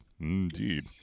indeed